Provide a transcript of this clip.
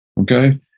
okay